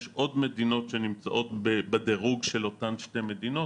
יש עוד מדינות שנמצאות בדירוג של אותן שתי מדינות,